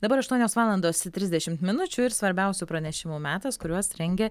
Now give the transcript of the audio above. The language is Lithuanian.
dabar aštuonios valandos trisdešim minučių ir svarbiausių pranešimų metas kuriuos rengia